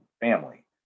family